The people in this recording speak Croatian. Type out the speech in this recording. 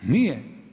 Nije.